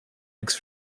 eggs